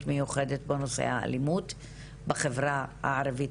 מיוחדת בנושא האלימות בחברה הערבית,